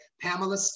Pamela